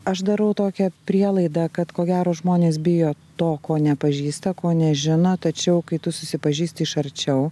aš darau tokią prielaidą kad ko gero žmonės bijo to ko nepažįsta ko nežino tačiau kai tu susipažįsti iš arčiau